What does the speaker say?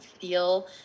feel